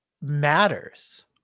matters